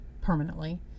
permanently